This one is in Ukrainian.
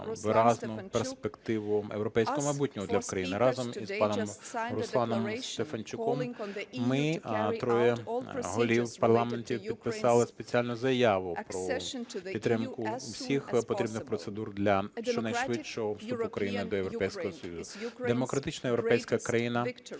демократична європейська країна